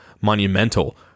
monumental